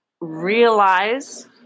realize